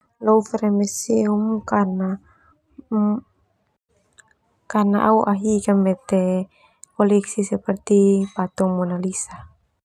Museum karna au ahik mete koleksi seperti patung Monalisa.